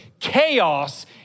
chaos